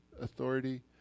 authority